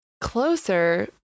closer